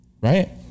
right